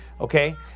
Okay